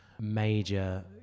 major